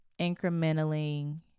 incrementally-